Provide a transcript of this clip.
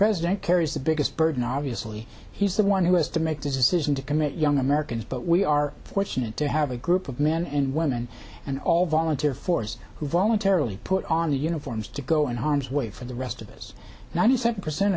president carries the biggest burden obviously he's the one who has to make the decision to commit young americans but we are fortunate to have a group of men and women and all volunteer force who voluntarily put on the uniforms to go in harm's way for the rest of us ninety seven percent